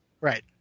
right